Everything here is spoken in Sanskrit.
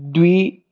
द्वि